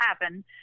happen